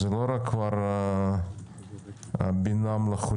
זה לא רק בינה מלאכותית,